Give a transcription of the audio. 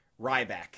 Ryback